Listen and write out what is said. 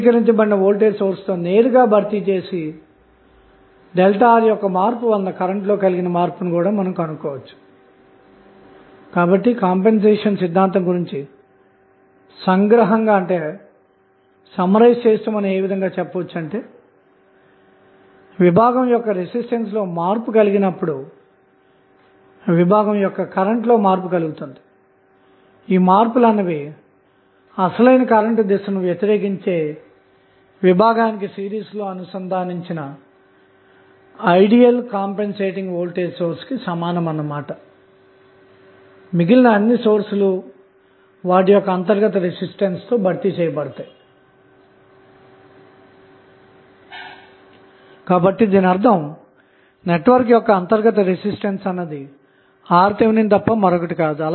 ఇక్కడ సర్క్యూట్ లో మనకు 3vx డిపెండెంట్ వోల్టేజ్ సోర్స్తోపాటు 1 ohm రెసిస్టెన్స్ ఉన్నాయి మరియుడిపెండెంట్ వోల్టేజ్ సోర్స్ యొక్క డిపెండెంట్ వేరియబుల్ అన్నది 2 ohm రెసిస్టెన్స్అంతటా కలదు